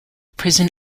prison